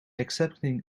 accepting